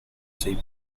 sei